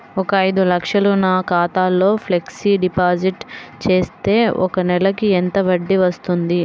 ఒక ఐదు లక్షలు నా ఖాతాలో ఫ్లెక్సీ డిపాజిట్ చేస్తే ఒక నెలకి ఎంత వడ్డీ వర్తిస్తుంది?